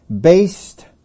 based